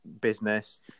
business